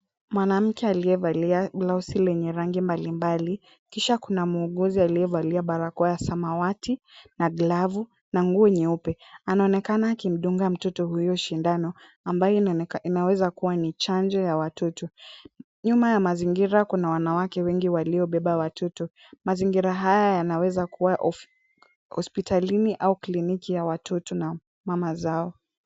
Mwanamke aliyevalia blausi lenye rangi mbalimbali, kisha kuna muuguzi aliyevalia barakoa ya samawati na glavu na nguo nyeupe. Anaonekana akimdunga mtoto huyu sindano ambayo inawezakua ni chanjo ya watoto. Nyuma ya mazingira kuna wanawake wengi waliobeba watoto. Mazingira haya yanaweza kuwa hospitalini au kliniki ya watoto na mama zao.